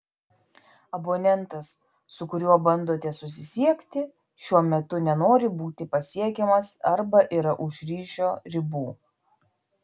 abonentas su kuriuo bandote susisiekti šiuo metu nenori būti pasiekiamas arba yra už ryšio ribų